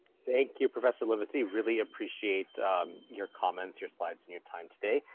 thank you, professor livesay. really appreciate your comments, your slides and your time today.